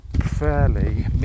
fairly